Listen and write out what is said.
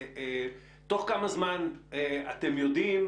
תוך כמה זמן אתם יודעים,